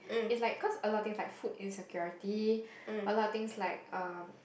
it's like cause a lot of things like food insecurity a lot of things like um